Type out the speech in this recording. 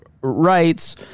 rights